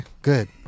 Good